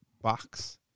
box